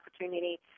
opportunity